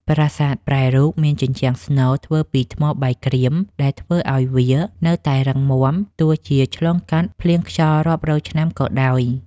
ប្រាសាទប្រែរូបមានជញ្ជាំងស្នូលធ្វើពីថ្មបាយក្រៀមដែលធ្វើឱ្យវានៅតែរឹងមាំទោះជាឆ្លងកាត់ភ្លៀងខ្យល់រាប់រយឆ្នាំក៏ដោយ។